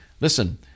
Listen